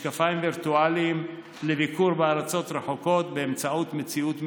משקפיים וירטואליים לביקור בארצות רחוקות באמצעות מציאות מדומה,